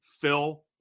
Phil